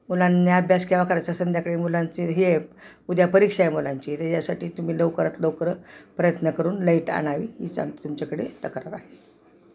मुलांनी अभ्यास केंव्हा करायचां संध्याकाळी मुलांची हे आहे उद्या परीक्षा आहे मुलांची तर यासाठी तुम्ही लवकरात लवकरं प्रयत्न करून लेईट आणवी हीच आमची तुमच्याकडे तक्रार आहे